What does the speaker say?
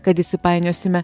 kad įsipainiosime